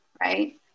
right